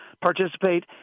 participate